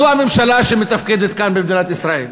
זו הממשלה שמתפקדת כאן במדינת ישראל.